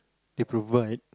they provide